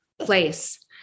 place